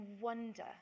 wonder